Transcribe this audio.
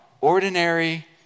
ordinary